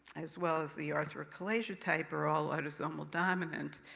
as well as the arthrochalasia type are all autosomal dominant,